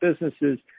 businesses